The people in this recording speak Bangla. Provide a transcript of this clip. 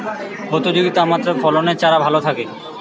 কত ডিগ্রি তাপমাত্রায় ফসলের চারা ভালো থাকে?